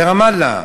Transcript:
ברמאללה.